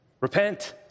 Repent